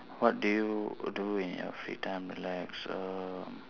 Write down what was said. what do you do in your free time relax err